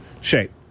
shape